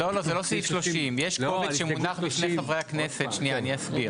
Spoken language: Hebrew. זה לא סעיף 30. יש קובץ שמונח בפני חבר הכנסת; אני אסביר.